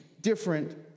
different